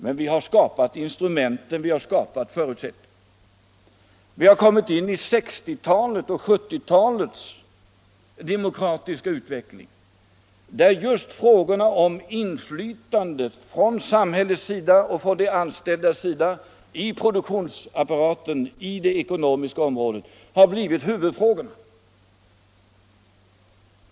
Men vi har skapat instrumenten, vi har skapat förutsättningarna. Vi har kommit in i 1960 och 1970-talets demokratiska utveckling, där just frågorna om inflytande från samhällets sida och från de anställdas sida i produktionsapparaten och på det ekonomiska området har blivit huvudfrågorna.